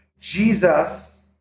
Jesus